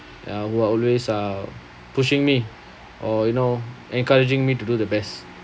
uh who are always uh pushing me or you know encouraging me to do the best